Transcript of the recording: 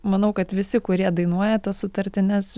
manau kad visi kurie dainuoja tas sutartines